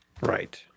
Right